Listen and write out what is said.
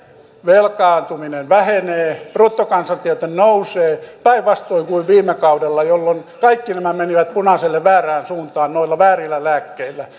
velkaantuminen vähenee bruttokansantuote nousee päinvastoin kuin viime kaudella jolloin kaikki nämä menivät punaiselle väärään suuntaan noilla väärillä lääkkeillä